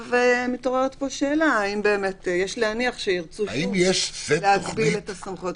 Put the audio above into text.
מתעוררת פה שאלה האם יש להניח שירצו שוב להגביל את הסמכויות.